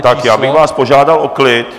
Tak já bych vás požádal o klid.